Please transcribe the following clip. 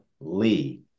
Lee